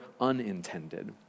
unintended